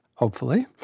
hopefully,